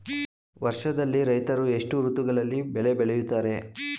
ವರ್ಷದಲ್ಲಿ ರೈತರು ಎಷ್ಟು ಋತುಗಳಲ್ಲಿ ಬೆಳೆ ಬೆಳೆಯುತ್ತಾರೆ?